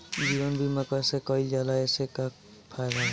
जीवन बीमा कैसे कईल जाला एसे का फायदा बा?